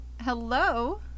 Hello